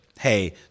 hey